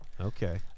Okay